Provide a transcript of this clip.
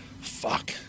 Fuck